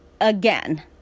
again